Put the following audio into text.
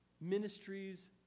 ministries